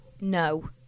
No